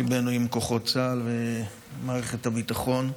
ליבנו עם כוחות צה"ל ומערכת הביטחון,